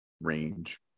range